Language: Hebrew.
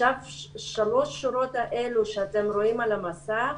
שלוש השורות האלו שאתם רואים על המסך,